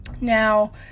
Now